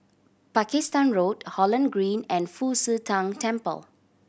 Pakistan Road Holland Green and Fu Xi Tang Temple